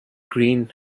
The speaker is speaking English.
green